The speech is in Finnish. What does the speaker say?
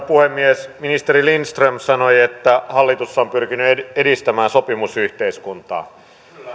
puhemies ministeri lindström sanoi että hallitus on pyrkinyt edistämään sopimusyhteiskuntaa